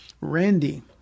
Randy